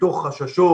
מתוך חששות,